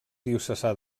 diocesà